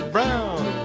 Brown